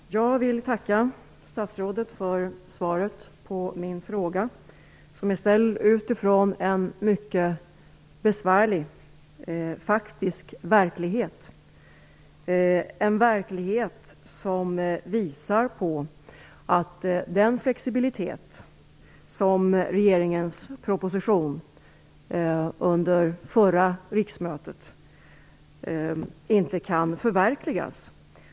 Herr talman! Jag vill tacka statsrådet för svaret på min fråga, vilken är ställd utifrån en mycket besvärlig verklighet - en verklighet som visar på att den flexibilitet som det talas om i regeringens proposition från förra riksmötet inte kan förverkligas.